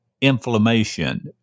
inflammation